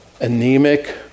anemic